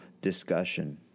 discussion